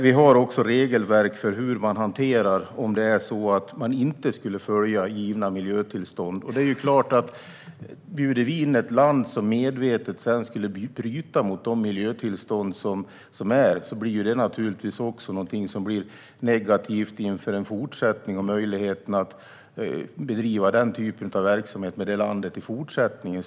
Vi har också regelverk för hur man hanterar situationen om givna miljötillstånd inte följs. Bjuder vi in ett land som sedan medvetet bryter mot de miljötillstånd som finns blir det naturligtvis också negativt för en fortsättning och möjlighet att bedriva den typen av verksamhet med det landet i fortsättningen.